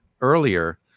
earlier